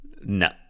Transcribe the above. No